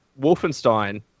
Wolfenstein